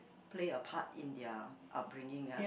play a part in their upbringing ah